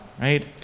right